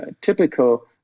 typical